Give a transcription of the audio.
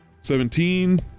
Seventeen